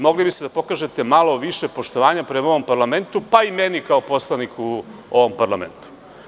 Mogli biste da pokažete malo više poštovanja prema ovom parlamentu, pa i meni kao poslaniku u ovom parlamentu.